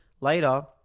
later